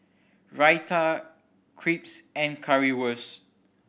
Raita Crepes and Currywurst